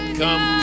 come